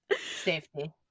Safety